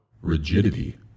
rigidity